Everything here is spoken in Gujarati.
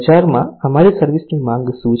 બજારમાં અમારી સર્વિસ ની માંગ શું છે